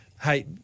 Hey